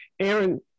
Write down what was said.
Aaron